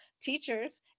teachers